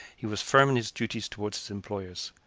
he was firm in his duties toward his employers,